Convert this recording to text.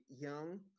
young